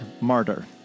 Martyr